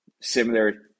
similar